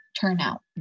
turnout